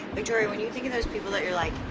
victoria when you think of those people that you're like,